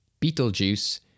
Beetlejuice